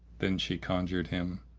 then she conjured him,